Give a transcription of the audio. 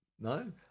No